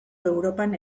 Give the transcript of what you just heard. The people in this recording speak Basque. europan